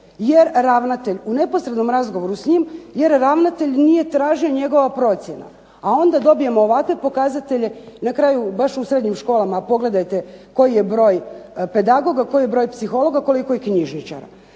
jer ravnatelj, u neposrednom razgovoru s njim, jer ravnatelj nije tražio, njegova procjena. A onda dobijemo ovakve pokazatelje i na kraju, baš u srednjim školama pogledajte koji je broj pedagoga, koji je broj psihologa, koliko je knjižničara.